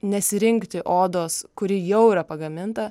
nesirinkti odos kuri jau yra pagaminta